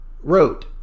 wrote